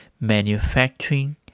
manufacturing